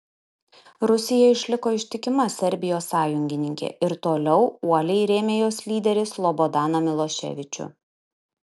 rusija išliko ištikima serbijos sąjungininkė ir toliau uoliai rėmė jos lyderį slobodaną miloševičių